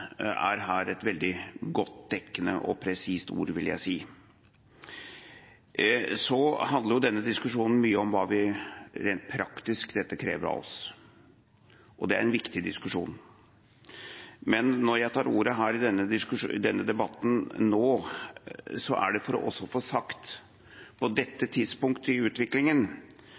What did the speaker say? er her et veldig godt, dekkende og presist ord, vil jeg si. Denne diskusjonen handler mye om hva dette rent praktisk krever av oss. Det er en viktig diskusjon. Men når jeg tar ordet i denne debatten nå, er det for å få sagt på